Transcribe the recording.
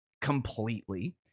completely